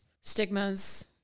stigmas